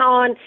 on